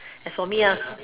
as for me uh